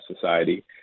society